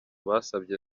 basabye